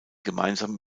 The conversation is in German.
gemeinsam